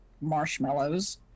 marshmallows